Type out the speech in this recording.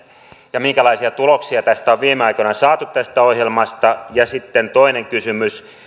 ja minkälaisia tuloksia on viime aikoina saatu tästä ohjelmasta ja sitten toinen kysymys